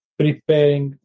preparing